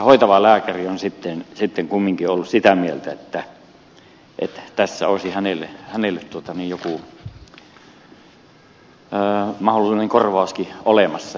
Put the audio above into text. hoitava lääkäri on sitten kumminkin ollut sitä mieltä että tässä olisi hänelle joku mahdollinen korvauskin olemassa